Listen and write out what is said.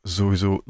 Sowieso